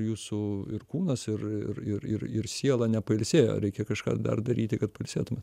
jūsų ir kūnas ir ir ir siela nepailsėjo reikia kažką dar daryti kad pailsėtumėt